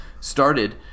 started